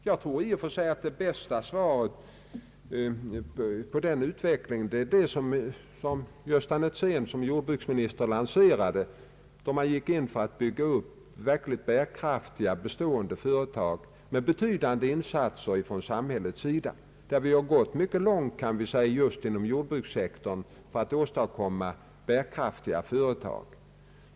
Jag tror att det bästa svaret på detta problem är det som min företrädare som jordbruksminister, Gösta Netzén, lanserade, då man gick in för att bygga upp verkligt bärkraftiga, bestående företag genom betydande insatser från samhällets sida. Just inom jordbrukssektorn kan vi säga att vi gått mycket långt för att åstadkomma bärkraftiga företag.